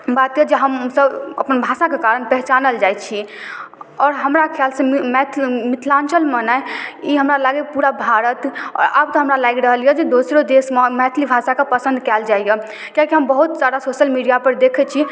बात अइ जे हमसब अपन भाषाके कारण पहचानल जाइ छी आओर हमरा खिआलसँ मैथ मिथिलाञ्चलमे नहि ई हमरा लागैए पूरा भारत आओर आब तऽ हमरा लागि रहल अइ जे दोसरो देसमे मैथिली भाषाके पसन्द कएल जाइए कियाकि हम बहुत सारा सोशल मीडिआपर देखै छी